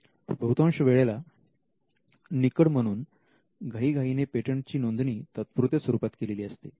बहुतांश वेळेला निकड म्हणून घाईघाईने पेटंटची नोंदणी तात्पुरत्या स्वरूपात केलेली असते